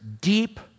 deep